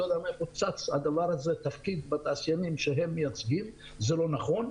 אני לא יודע מאיפה צץ תפקיד בתעשיינים שהם מייצגים זה לא נכון,